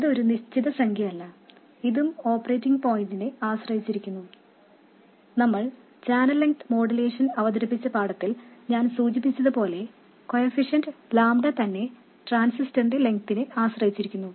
ഇത് ഒരു നിശ്ചിത സംഖ്യയല്ല ഇതും ഓപ്പറേറ്റിംഗ് പോയിന്റിനെ ആശ്രയിച്ചിരിക്കുന്നു നമ്മൾ ചാനൽ ലെങ്ത് മോഡുലേഷൻ അവതരിപ്പിച്ച പാഠത്തിൽ ഞാൻ സൂചിപ്പിച്ചതുപോലെ കൊയഫിഷ്യന്റ് ലാംഡ തന്നെ ട്രാൻസിസ്റ്ററിന്റെ നീളത്തെ ആശ്രയിച്ചിരിക്കുന്നു